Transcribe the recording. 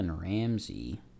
Ramsey